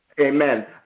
Amen